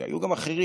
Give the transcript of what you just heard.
והיו גם אחרים,